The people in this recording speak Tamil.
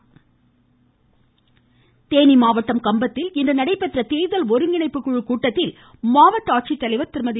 தேர்தல் தேவி தேனி மாவட்டம் கம்பத்தில் இன்று நடைபெற்ற தேர்தல் ஒருங்கிணைப்பு குழு கூட்டத்தில் மாவட்ட ஆட்சித்தலைவா் திருமதி